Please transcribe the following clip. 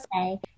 say